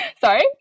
Sorry